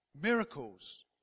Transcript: miracles